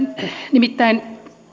nimittäin